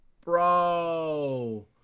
Bro